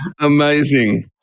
Amazing